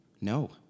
No